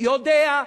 יודע,